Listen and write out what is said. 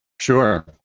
Sure